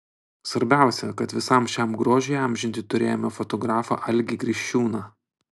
svarbiausia kad visam šiam grožiui įamžinti turėjome fotografą algį kriščiūną